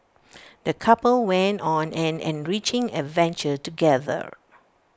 the couple went on an enriching adventure together